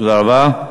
תודה רבה.